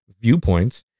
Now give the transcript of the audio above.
viewpoints